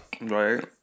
Right